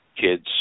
kids